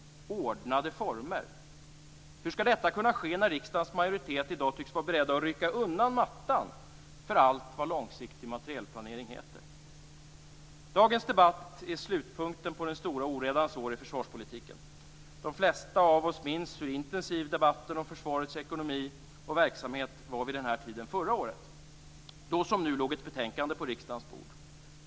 "Ordnade former"? Hur skall detta kunna ske när riksdagens majoritet i dag tycks vara beredd att rycka undan mattan för allt vad långsiktig materielplanering heter? Dagens debatt är slutpunkten på den stora oredans år i försvarspolitiken. De flesta av oss minns hur intensiv debatten om försvarets ekonomi och verksamhet var vid den här tiden förra året. Då som nu låg ett betänkande på riksdagens bord.